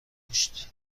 گوشت